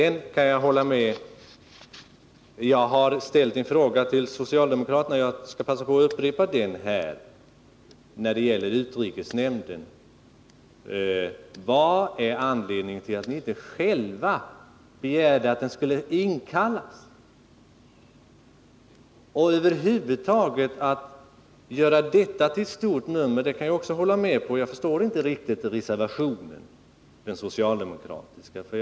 Jag har ställt en fråga till socialdemokraterna beträffande utrikesnämnden, och jag skall passa på att upprepa den här. Vad är anledningen till att ni inte själva begärde att utrikesnämnden skulle inkallas? Jag kan inte se varför man över huvud taget skall göra detta till ett stort nummer. Jag förstår inte riktigt den socialdemokratiska reservationen.